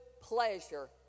pleasure